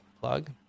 plug